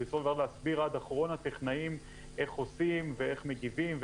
ועד אחרון הטכנאים איך עושים ואיך מגיבים,